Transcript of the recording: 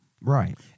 right